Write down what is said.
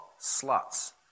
sluts